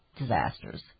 disasters